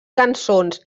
cançons